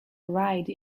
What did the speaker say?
ride